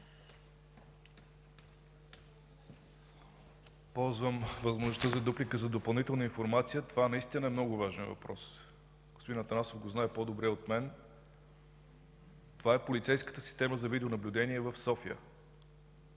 Ползвам възможността за дуплика за допълнителна информация. Това наистина е много важен въпрос. Господин Атанасов го знае по-добре от мен. Това е полицейската система за видеонаблюдение в София,